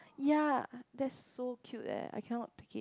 ya that's so cute eh I cannot take it